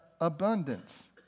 abundance